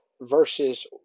versus